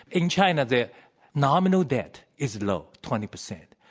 in china, the nominal debt is low, twenty percent,